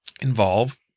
involve